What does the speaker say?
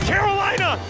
Carolina